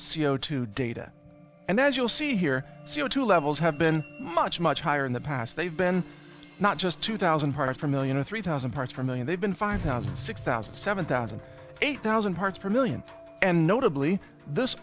c o two data and as you'll see here c o two levels have been much much higher in the past they've been not just two thousand parts per million or three thousand part for million they've been five thousand six thousand seven thousand eight thousand parts per million and notably this